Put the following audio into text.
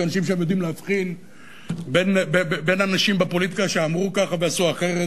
כי אנשים שם יודעים להבחין בין אנשים בפוליטיקה שאמרו ככה ועשו אחרת,